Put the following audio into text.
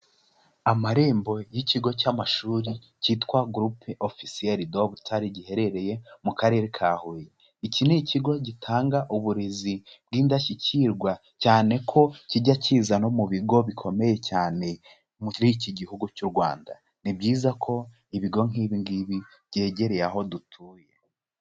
Amarembo y'ikigo cy'amashuri cyitwa Groupe Officiel de Butare giherereye mu karere ka Huye, iki ni ikigo gitanga uburezi bw'indashyikirwa cyane ko kijya kiza no mu bigo bikomeye cyane muri iki gihugu cy'u Rwanda, ni byiza ko ibigo nk'ibi ngibi byegereye aho dutuye.